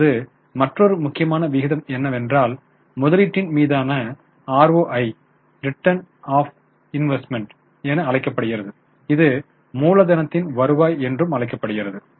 இப்போது மற்றோரு முக்கியமான விகிதம் என்னவென்றால் முதலீட்டின் மீதான ROI ரிட்டர்ன் ஆன் இன்வெஸ்ட்மென்ட் என அழைக்கப்படுகிறது இது மூலதனத்தின் வருமானம் என்றும் அழைக்கப்படுகிறது